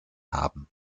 haben